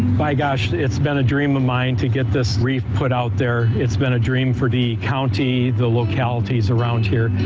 my gosh, it's been a dream of mine to get this reef put out there. it's been a dream for the county, the localities around here,